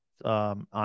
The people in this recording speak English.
On